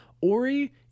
ori